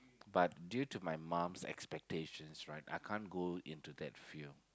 but due to my mum's expectations right I can't go into that field